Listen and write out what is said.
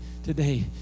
today